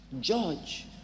judge